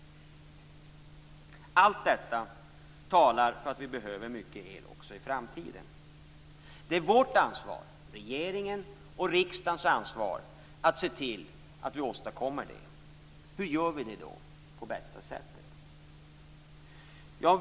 Allt detta talar för att vi behöver mycket el också i framtiden. Det är vårt ansvar - regeringens och riksdagens ansvar - att se till att vi åstadkommer det. Hur gör vi det då på bästa sätt?